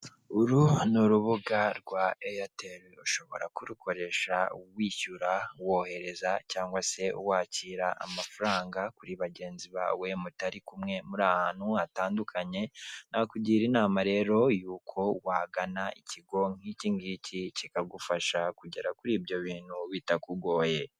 Uru ni urubuga rwa Airtel ushobora kurukoresha wishyura, wohereza cyangwa se wakira amafaranga kuri bagenzi bawe mutari kumwe muri ahantu hatandukanye, nakugira inama rero yuko wagana ikigo nk'iki ngiki kikagufasha kugera kuri ibyo bintu bitakugoye.